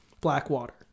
Blackwater